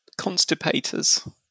constipators